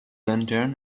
lantern